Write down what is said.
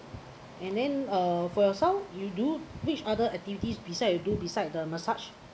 and then uh for yourself you do which other activities beside you do beside the massage